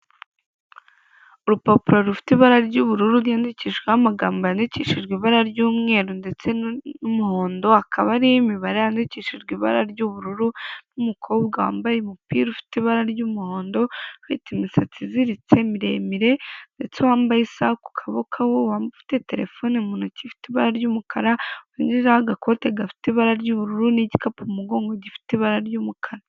Urupapuro rufite ibara ry'ubururu ryandikishwaho amagambo yandikishijwe ibara ry'umweru, ndetse n'umuhondo akaba hari imibare yandikishijwe ibara ry'ubururu n'umukobwa wambaye umupira ufite ibara ry'umuhondo ufite imisatsi iziritse miremire ndetse wambaye isaha ku kaboko ufite terefone mu ntoki ifite ibara ry'umukara warengejeho agakoti gafite ibara ry'ubururu n'igikapu mu mugongo gifite ibara ry'umukara.